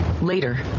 Later